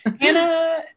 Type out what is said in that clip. Hannah